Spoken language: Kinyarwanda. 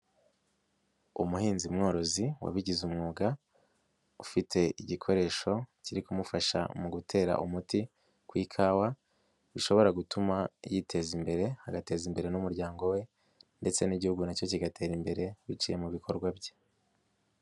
Umuhinzi mworozi wabigize umwuga ufite igikoresho kiri kumufasha mu gutera umuti ku ikawa, bishobora gutuma yiteza imbere agateza imbere n'umuryango we ndetse n'igihugu nacyo kigatera imbere, biciye mu bikorwa bye.